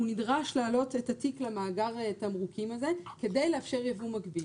הוא נדרש להעלות את התיק למאגר התמרוקים הזה כדי לאפשר ייבוא מקביל.